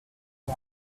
the